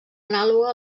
anàloga